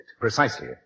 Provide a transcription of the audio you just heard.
Precisely